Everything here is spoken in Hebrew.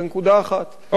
בנקודה אחת,